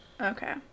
Okay